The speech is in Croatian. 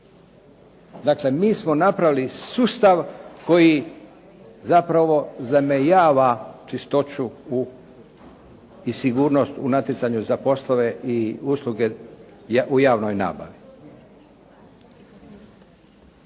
Dakle mi smo napravili sustav koji zapravo zamejava čistoću i sigurnost u natjecanju za poslove i usluge u javnoj nabavi.